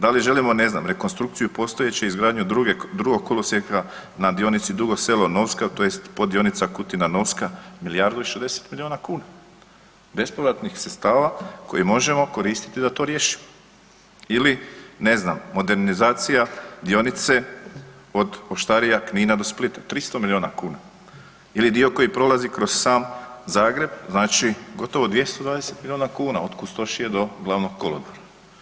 Da li želimo ne znam rekonstrukciju postojeće izgradnju drugog kolosijeka na dionici Dugo Selo – Novska tj. poddionica Kutina – Novska milijardu i 60 miliona kuna bespovratnih sredstava koji možemo koristiti da to riješimo ili ne znam modernizacija dionica od Oštarija, Knina do Splita 300 miliona kuna ili dio koji prolazi kroz sam Zagreb znači gotovo 220 miliona kuna od Kustošije do Glavnog kolodvora.